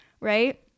right